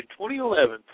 2011